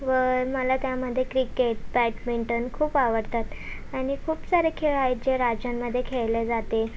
व मला त्यामध्ये क्रिकेट बॅडमिंटन खूप आवडतात आणि खूप सारे खेळ आहेत जे राज्यांमध्ये खेळले जाते